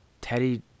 Teddy